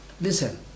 listen